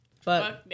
Fuck